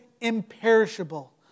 imperishable